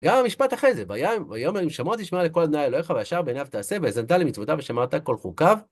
גם המשפט אחרי זה, ויען, ויאמר אם שמוע תשמע לקול אדני אלוהיך, והישר בעיניו תעשה והאזנת למצוותיו ושמרת כל חוקיו.